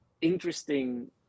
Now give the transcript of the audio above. interesting